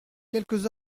quelques